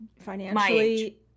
financially